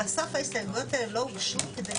בסוף ההסתייגויות האלה לא הוגשו.